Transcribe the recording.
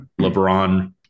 LeBron